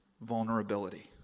vulnerability